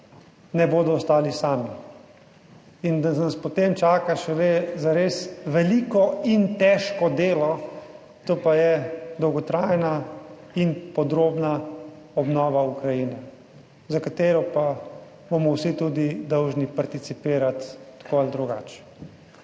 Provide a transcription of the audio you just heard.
ne bodo ostali sami in da nas potem čaka šele zares veliko in težko delo. To pa je dolgotrajna in podrobna obnova Ukrajine, za katero pa bomo vsi tudi dolžni participirati, tako ali drugače.